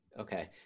Okay